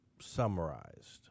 summarized